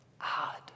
Odd